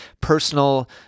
personal